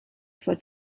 for